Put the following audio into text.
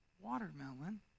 watermelon